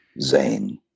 Zane